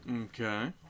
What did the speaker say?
Okay